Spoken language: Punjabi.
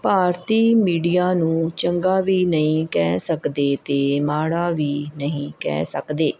ਭਾਰਤੀ ਮੀਡੀਆ ਨੂੰ ਚੰਗਾ ਵੀ ਨਹੀਂ ਕਹਿ ਸਕਦੇ ਅਤੇ ਮਾੜਾ ਵੀ ਨਹੀਂ ਕਹਿ ਸਕਦੇ